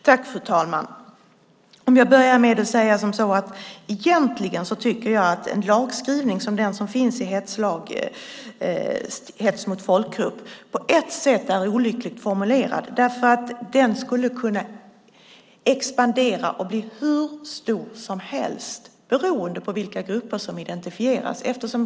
Fru talman! Jag börjar med att säga att jag egentligen tycker att en lagskrivning som den som finns när det gäller hets mot folkgrupp på ett sätt är olyckligt formulerad. Den skulle nämligen kunna expandera och bli hur stor som helst, beroende på vilka grupper som identifieras.